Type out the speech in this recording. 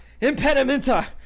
impedimenta